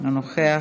אינו נוכח.